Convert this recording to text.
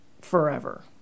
forever